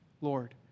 Lord